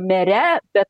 mere bet